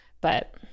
But-